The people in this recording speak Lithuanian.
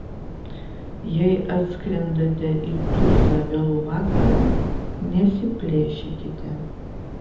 jei atskrendate į tuzlą vėlų vakarą nesiplėšykite